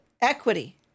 Equity